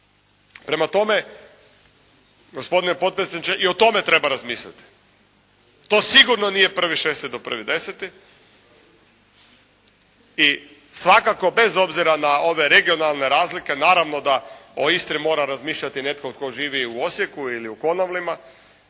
Prema tome, gospodine potpredsjedniče, i o tome treba razmisliti. To sigurno nije 1.6. do 1.10. i svakako bez obzira na ove regionalne razlike naravno da o Istri mora razmišljati netko tko živi u Osijeku ili u Konavlima